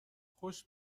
خوش